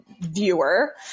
viewer